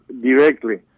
directly